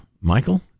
Michael